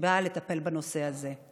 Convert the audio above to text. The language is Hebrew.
שבאה לטפל בנושא הזה.